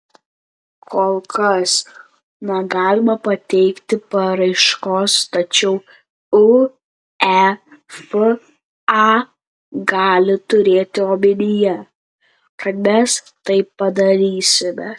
kol kas negalime pateikti paraiškos tačiau uefa gali turėti omenyje kad mes tai padarysime